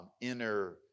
inner